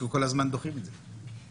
כי כל הזמן דוחים את זה.